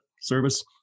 service